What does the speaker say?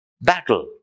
battle